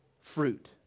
fruit